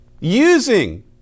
Using